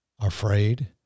afraid